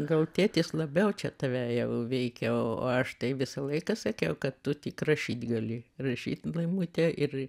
gal tėtis labiau čia tave jau veikė o o aš tai visą laiką sakiau kad tu tik rašyt gali rašyt laimute ir